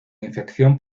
infección